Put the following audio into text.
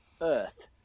earth